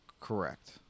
Correct